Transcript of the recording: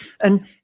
And-